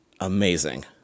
Amazing